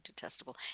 detestable